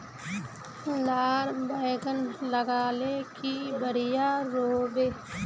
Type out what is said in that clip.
लार बैगन लगाले की बढ़िया रोहबे?